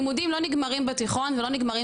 לימודים לא נגמרים בתיכון ולא נגמרים